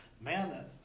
Man